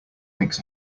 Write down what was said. makes